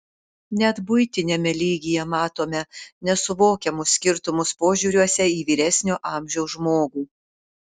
net buitiniame lygyje matome nesuvokiamus skirtumus požiūriuose į vyresnio amžiaus žmogų